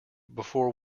before